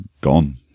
gone